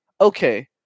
okay